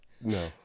No